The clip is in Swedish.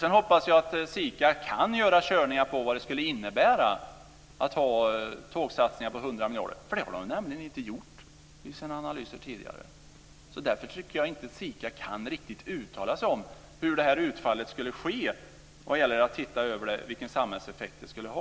Jag hoppas att SIKA kan göra bedömningar av vad det skulle innebära att ha tågsatsningar på 100 miljarder, för det har de nämligen inte gjort i sina analyser tidigare. Därför tycker jag inte att SIKA riktigt kan uttala sig om hur utfallet kommer att bli och vilken samhällsekonomisk effekt det skulle ha.